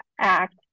act